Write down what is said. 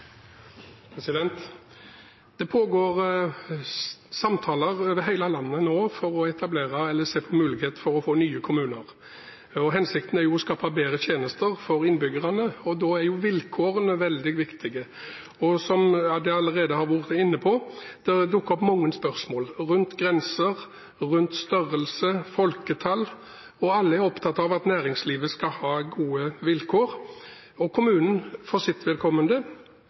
Det pågår nå samtaler over hele landet for å se på muligheten til å etablere nye kommuner. Hensikten er å skape bedre tjenester for innbyggerne, og da er vilkårene veldig viktige. Som man allerede har vært inne på, har det dukket opp mange spørsmål – rundt grenser, størrelse og folketall. Alle er opptatt av at næringslivet skal ha gode vilkår, og kommunene for sitt